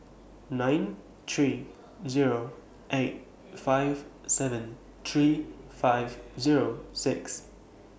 nine three Zero eight five seven three five Zero six